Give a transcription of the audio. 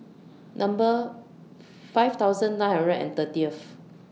Number five thousand nine hundred and thirtyth